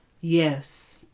Yes